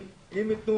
אבל אם נוצר חולה,